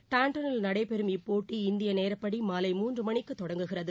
டாண்டனில் நடைபெறும் இப்போட்டி இந்தியநேரப்படிமாலை மூன்றுமணிக்குதொடங்குகிறது